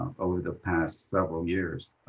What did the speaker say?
over the past several years,